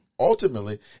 Ultimately